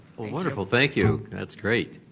wonderful, thank you, that's great.